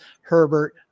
Herbert